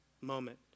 moment